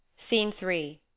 scene three.